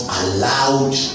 allowed